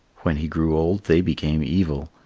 when he grew old they became evil,